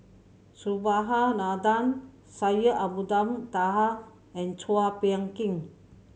Subhas Anandan Syed Abdulrahman Taha and Chua Phung Kim